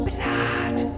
Blood